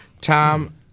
Tom